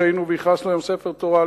והיינו שם והכנסנו להם ספר תורה,